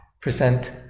present